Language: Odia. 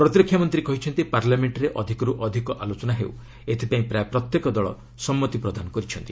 ପ୍ରତିରକ୍ଷାମନ୍ତ୍ରୀ କହିଛନ୍ତି ପାର୍ଲାମେଣ୍ଟରେ ଅଧିକରୁ ଅଧିକ ଆଲୋଚନା ହେଉ ଏଥିପାଇଁ ପ୍ରାୟ ପ୍ରତ୍ୟେକ ଦଳ ସମ୍ମତି ପ୍ରଦାନ କରିଛନ୍ତି